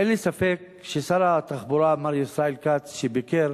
אין לי ספק ששר התחבורה, מר ישראל כץ, שביקר